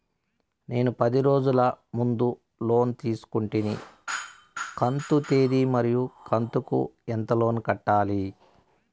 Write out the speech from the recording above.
నేను పది రోజుల ముందు లోను తీసుకొంటిని కంతు తేది మరియు కంతు కు ఎంత లోను కట్టాలి?